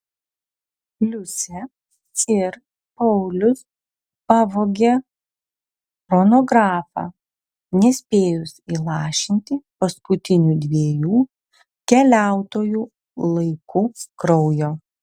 liusė ir paulius pavogė chronografą nespėjus įlašinti paskutinių dviejų keliautojų laiku kraujo